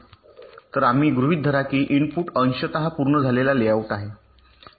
तर आम्ही गृहित धरा की इनपुट अंशतः पूर्ण झालेला लेआउट आहे